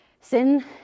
Sin